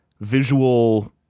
visual